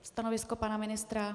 Stanovisko pana ministra?